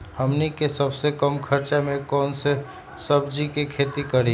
हमनी के सबसे कम खर्च में कौन से सब्जी के खेती करी?